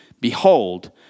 Behold